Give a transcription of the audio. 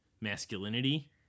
masculinity